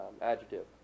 adjective